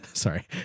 Sorry